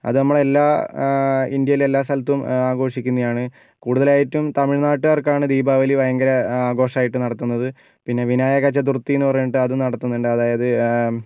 അത് നമ്മളെ എല്ലാ ഇന്ത്യയിലെ എല്ലാ സ്ഥലത്തും ആഘോഷിക്കുന്നതാണ് കൂടുതലായിട്ടും തമിഴ്നാട്ടുകാർക്കാണ് ദീപാവലി ഭയങ്കര ആഘോഷമായിട്ട് നടത്തുന്നത് പിന്നെ വിനായക ചതുർത്തി എന്ന് പറഞ്ഞിട്ട് അത് നടത്തുന്നുണ്ട് അതായത്